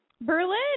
Berlin